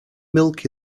milk